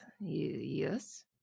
Yes